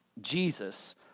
Jesus